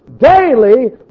Daily